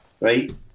right